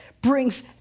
brings